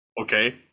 Okay